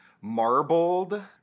marbled